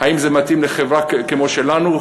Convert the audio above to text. האם זה מתאים לחברה כמו שלנו,